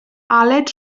aled